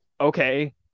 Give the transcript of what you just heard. okay